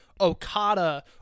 Okada